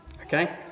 Okay